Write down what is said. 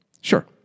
Sure